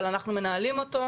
אבל אנחנו מנהלים אותו,